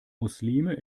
muslime